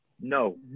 No